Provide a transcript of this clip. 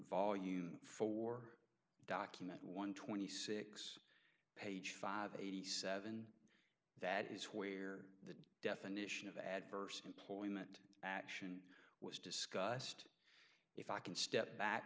volume for document one twenty six page five eighty seven that is where the definition of adverse employment action was discussed if i can step back